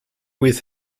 with